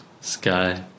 Sky